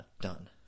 done